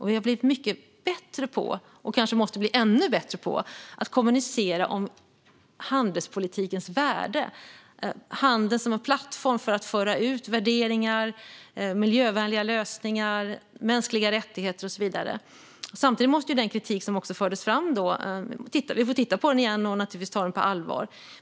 Vi har blivit bättre - och måste kanske bli ännu bättre - på att kommunicera handelspolitikens värde. Det handlar om handeln som en plattform för att föra ut värderingar, miljövänliga lösningar, mänskliga rättigheter och så vidare. Samtidigt måste vi naturligtvis titta på den kritik som fördes fram då och ta den på allvar.